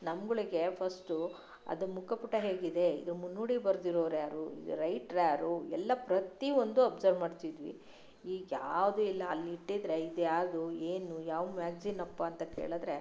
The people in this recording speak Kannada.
ನಮ್ಮಗಳಿಗೆ ಫ಼ಸ್ಟ್ ಅದು ಮುಖಪುಟ ಹೇಗಿದೆ ಇದು ಮುನ್ನುಡಿ ಬರೆದಿರೋರು ಯಾರು ಇದು ರೈಟ್ರ್ ಯಾರು ಎಲ್ಲಾ ಪ್ರತಿ ಒಂದು ಅಬ್ಸರ್ವ್ ಮಾಡ್ತಿದ್ವಿ ಈಗ ಯಾವುದೂ ಇಲ್ಲ ಅಲ್ಲಿ ಇಟ್ಟಿದ್ದರೆ ಇದು ಯಾರದ್ದು ಏನು ಯಾವ ಮ್ಯಾಗ್ಝಿನಪ್ಪ ಅಂತ ಕೇಳಿದ್ರೆ